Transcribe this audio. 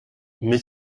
mais